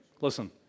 Listen